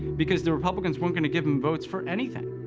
because the republicans weren't going to give him votes for anything.